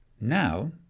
Now